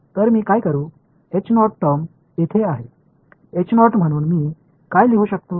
तर मी काय करू टर्म येथे आहे म्हणून मी काय लिहू शकतो